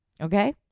Okay